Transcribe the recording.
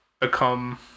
become